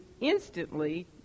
instantly